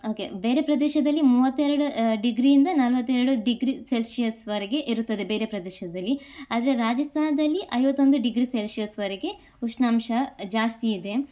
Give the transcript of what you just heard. okay ಬೇರೆ ಪ್ರದೇಶದಲ್ಲಿ ಮೂವತ್ತೆರಡು ಡಿಗ್ರಿಯಿಂದ ನಲವತ್ತೆರಡು ಡಿಗ್ರಿ ಸೆಲ್ಶಿಯಸ್ವರೆಗೆ ಇರುತ್ತದೆ ಬೇರೆ ಪ್ರದೇಶದಲ್ಲಿ ಆದರೆ ರಾಜಸ್ತಾನದಲ್ಲಿ ಐವತ್ತೊಂದು ಡಿಗ್ರಿ ಸೆಲ್ಶಿಯಸ್ವರೆಗೆ ಉಷ್ಣಾಂಶ ಜಾಸ್ತಿ ಇದೆ